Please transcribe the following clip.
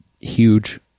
huge